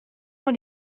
dans